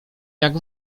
jak